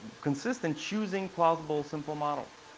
consistent choosing plausible simple models.